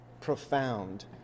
profound